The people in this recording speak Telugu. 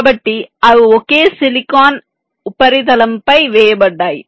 కాబట్టి అవి ఒకే సిలికాన్ ఉపరితలంపై వేయబడతాయి